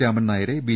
രാമൻ നായരെ ബി